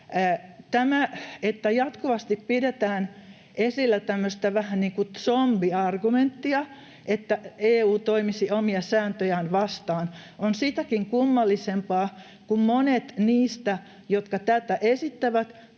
vähän niin kuin zombiargumenttia, että EU toimisi omia sääntöjään vastaan, on sitäkin kummallisempaa, kun monet niistä, jotka tätä esittävät,